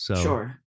Sure